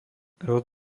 rod